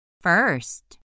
First